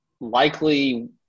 likely